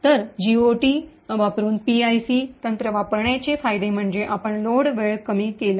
तर जीओटी वापरुन पीआयसी तंत्र वापरण्याचे फायदे म्हणजे आपण लोड वेळ कमी केला आहे